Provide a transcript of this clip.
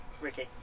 Ricky